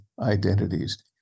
identities